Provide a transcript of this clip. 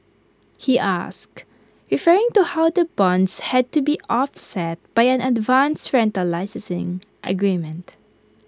he asked referring to how the bonds had to be offset by an advance rental licensing agreement